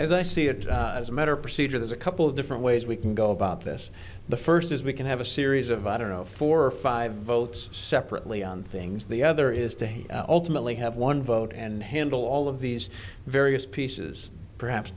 as i see it as a matter of procedure there's a couple of different ways we can go about this the first is we can have a series of i don't know four or five votes separately on things the other is to have one vote and handle all of these various pieces perhaps